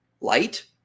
light